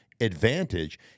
advantage